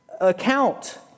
account